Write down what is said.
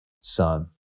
son